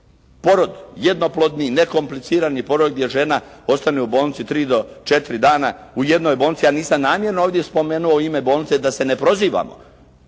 Porod jednoplodni, nekomplicirani porod gdje žena ostane u bolnici 3 do 4 dana u jednoj bolnici, ja nisam namjerno ovdje spomenuo ime bolnice da se ne prozivamo